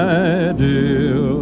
ideal